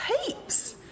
Heaps